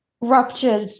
ruptured